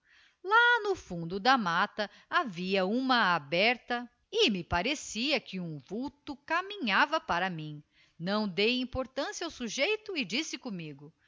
lá no fundo da matta havia ima aberta e me parecia que um vulto caminhava para mim não dei importância ao sujeito e disse commigo